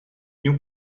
miu